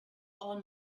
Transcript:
all